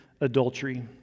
adultery